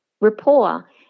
rapport